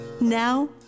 Now